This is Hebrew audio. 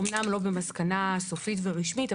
אמנם לא במסקנה סופית ורשמית,